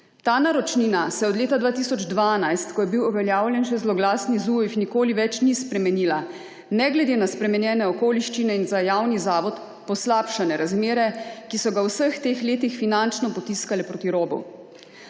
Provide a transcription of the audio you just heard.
Ta naročnina se od leta 2012, ko je bil uveljavljen še zloglasni ZUJF, nikoli več ni spremenila ne glede na spremenjene okoliščine in za javni zavod poslabšane razmere, ki so ga v vseh teh letih finančno potiskale proti robu.